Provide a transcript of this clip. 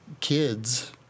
kids